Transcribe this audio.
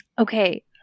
okay